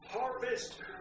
harvest